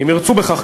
אם ירצו בכך,